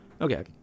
Okay